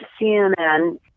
CNN